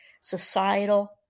societal